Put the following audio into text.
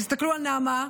תסתכלו על נעמה,